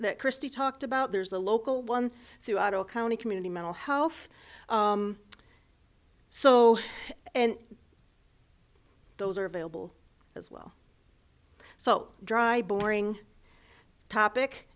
that christy talked about there's a local one throughout all county community mental health so and those are available as well so dry boring topic